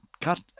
cut